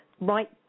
right